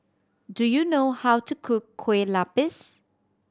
do you know how to cook Kueh Lapis